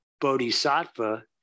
bodhisattva